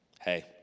Hey